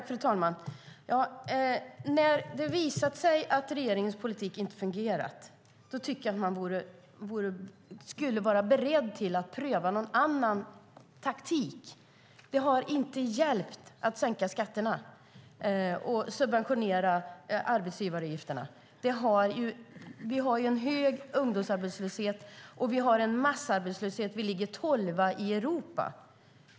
Fru talman! När det har visat sig att regeringens politik inte har fungerat tycker jag att man borde vara beredd att pröva någon annan taktik. Det har inte hjälpt att sänka skatterna och subventionera arbetsgivaravgifterna. Vi har en hög ungdomsarbetslöshet, och vi har en massarbetslöshet. Sverige ligger tolva i Europa.